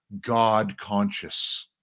God-conscious